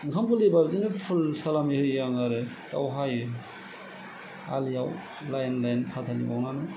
ओंखाम गोरलैबा बिदिनो फुल सालामि होयो आङो आरो दाउ हायो आलियाव लाइन लाइन फाथालि बावनानै